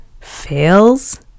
fails